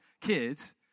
kids